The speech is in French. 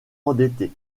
endetté